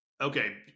Okay